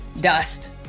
dust